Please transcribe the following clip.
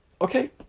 okay